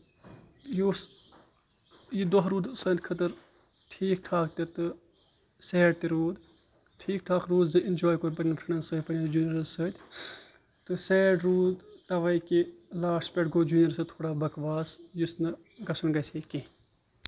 یہِ اوس یہِ دۄہ روٗد سانہِ خٲطر ٹھیٖک ٹھاکھ تہِ تہٕ سیڈ تہِ روٗد ٹھیٖک ٹھاکھ روٗد زِ اینجاے کوٚر پَنٕٮ۪ن فرینٛڈن ستۭۍ پَنٕنٮ۪ن جوٗنیرَن سۭتۍ تہٕ سیڈ روٗد تَوے کہِ لاسٹس گوٚو جوٗنیرَن سۭتۍ تھوڑا بَکواس یُس نہٕ گژھُن گژھِ ہے کیٚنٛہہ